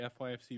FYFC